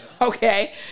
Okay